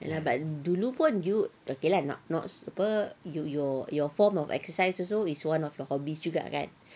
ya lah dulu pun you okay lah not not apa your your form of exercise also is one of the hobbies juga kan